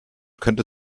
könnte